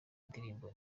indirimbo